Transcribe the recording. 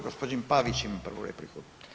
Gospodin Pavić ima prvu repliku.